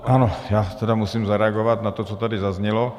Ano, já musím zareagovat na to, co tady zaznělo.